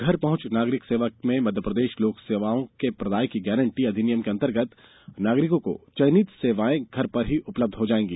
घर पहुंच नागरिक सेवा में मध्यप्रदेश लोक सेवाओं के प्रदाय की गारंटी अधिनियम के अंतर्गत नागरिकों को चयनित सेवाएं घर पर ही उपलब्ध हो जाएगी